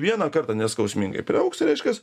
vieną kartą neskausmingai priaugs reiškias